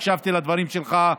הקשבתי לדברים שלך,